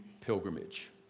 pilgrimage